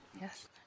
Yes